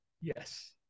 Yes